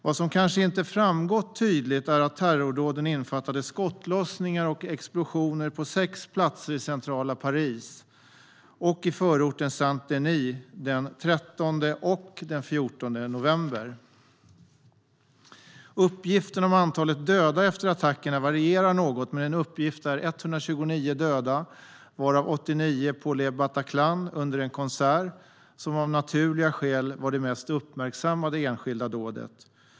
Vad som kanske inte framgått tydligt är att terrordåden innefattade skottlossningar och explosioner på sex platser i centrala Paris och i förorten Saint-Denis den 13 och den 14 november. Uppgiften om antalet döda efter attackerna varierar något, men en uppgift är 129 döda, varav 89 på Le Bataclan under en konsert, som av naturliga skäl var det mest uppmärksammade enskilda dådet.